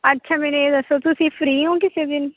ਅੱਛਾ ਮੈਨੂੰ ਇਹ ਦੱਸੋ ਤੁਸੀਂ ਫ੍ਰੀ ਹੋ ਕਿਸੇ ਦਿਨ